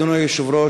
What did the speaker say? אדוני היושב-ראש,